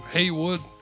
Haywood